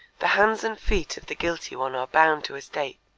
the hands and feet of the guilty one are bound to a stake,